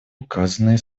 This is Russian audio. указанные